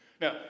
Now